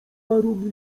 paru